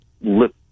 lip